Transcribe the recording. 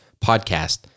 podcast